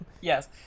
Yes